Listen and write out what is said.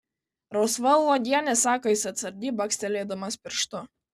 rausva uogienė sako jis atsargiai bakstelėdamas pirštu